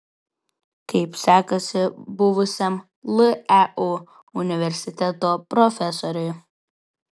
kaip sekasi buvusiam leu universiteto profesoriui